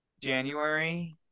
January